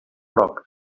roc